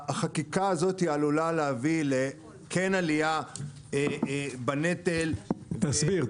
החקיקה הזאת עלולה להביא לעלייה בנטל --- תסביר,